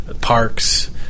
parks